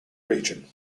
region